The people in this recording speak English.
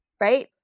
right